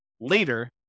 later